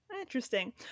interesting